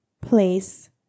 place